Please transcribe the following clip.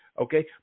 Okay